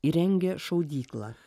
įrengė šaudyklą